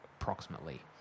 approximately